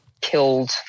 killed